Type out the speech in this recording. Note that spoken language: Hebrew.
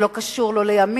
זה לא קשור לא לימין,